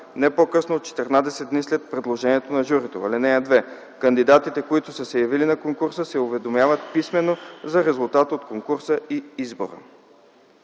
не по-късно от 14 дни след предложението на журито. (2) Кандидатите, които са се явили на конкурса, се уведомяват писмено за резултата от конкурса и избора.”